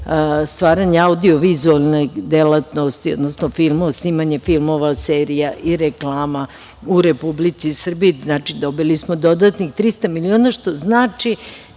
stvaranje audio-vizuelne delatnosti, odnosno snimanje filmova, serija i reklama u Republici Srbiji. Znači, dobili smo dodatnih 300 miliona, što znači